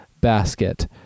basket